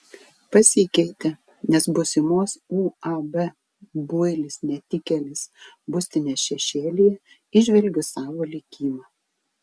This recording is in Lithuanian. pasikeitė nes būsimos uab builis netikėlis būstinės šešėlyje įžvelgiu savo likimą